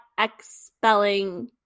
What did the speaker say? expelling